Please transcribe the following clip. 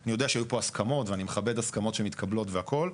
אני יודע שהיו פה הסכמות ואני מכבד הסכמות שמתקבלות והכל,